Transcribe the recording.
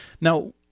Now